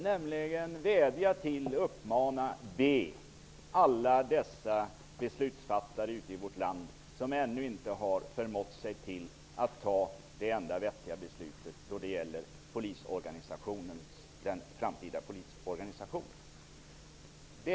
Jag skall vädja till, uppmana och be alla de beslutsfattare i vårt land som ännu inte har förmått sig att ta det enda vettiga beslutet när det gäller den framtida polisorganisationen att göra det.